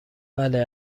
بله